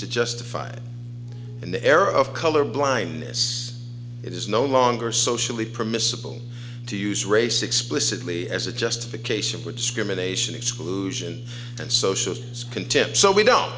to justify in the era of color blindness it is no longer socially permissible to use race explicitly as a justification for discrimination exclusion and social skin tips so we